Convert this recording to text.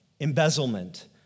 embezzlement